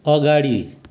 अगाडि